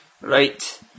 Right